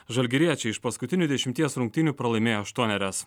žalgiriečiai iš paskutinių dešimties rungtynių pralaimėjo aštuonerias